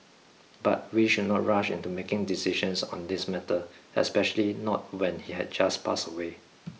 but we should not rush into making decisions on this matter especially not when he had just passed away